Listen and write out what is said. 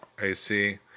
AC